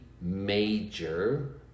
major